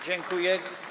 Dziękuję.